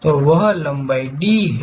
तो वह लंबाई D है